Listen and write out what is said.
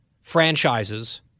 franchises